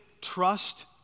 trust